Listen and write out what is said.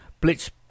Blitz